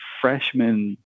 freshman